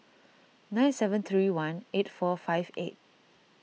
nine seven three one eight four five eight